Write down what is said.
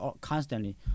constantly